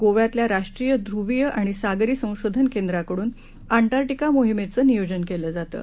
गोव्यातल्या राष्ट्रीय ध्रवीय आणि सागरी संशोधन केंद्राकडून अंटार्क्टिका मोहिमेचं नियोजन केलं जातं